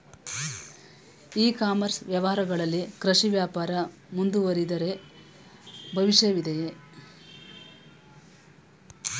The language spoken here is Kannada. ಇ ಕಾಮರ್ಸ್ ವ್ಯವಹಾರಗಳಲ್ಲಿ ಕೃಷಿ ವ್ಯಾಪಾರ ಮುಂದುವರಿದರೆ ಭವಿಷ್ಯವಿದೆಯೇ?